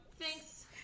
Thanks